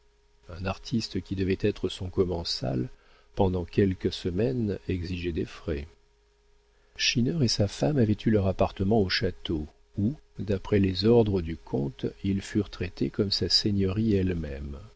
un artiste qui devait être son commensal pendant quelques semaines exigeait des frais schinner et sa femme avaient eu leur appartement au château où d'après les ordres du comte ils furent traités comme sa seigneurie elle-même